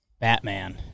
Batman